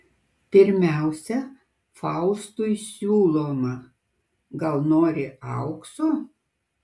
pirmiausia faustui siūloma gal nori aukso